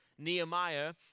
Nehemiah